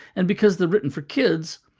and because they're written for kids,